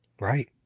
Right